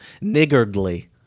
niggardly